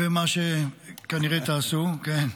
-- ומה שכנראה תעשו, כן,